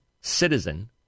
citizen